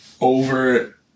over